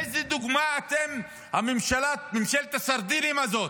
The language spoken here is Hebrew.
איזו דוגמה אתם, ממשלת הסרדינים הזאת,